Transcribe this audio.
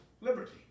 liberty